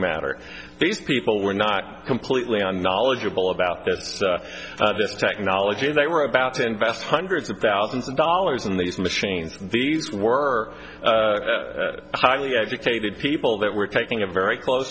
matter these people were not completely on knowledgeable about this this technology and they were about to invest hundreds of thousands of dollars in these machines and these were highly educated people that were taking a very close